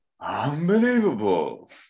unbelievable